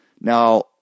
Now